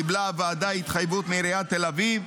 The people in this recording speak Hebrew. קיבלה הוועדה התחייבות מעיריית תל אביב